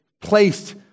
placed